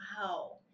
Wow